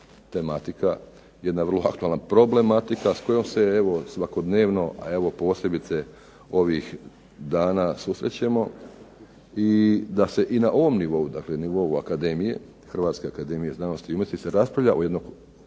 tematika, jedna vrlo aktualna problematika s kojom se evo svakodnevno, a evo posebice ovih dana susrećemo. I da se i na ovom nivou, dakle nivou Akademije, Hrvatske akademije znanosti i umjetnosti raspravlja i o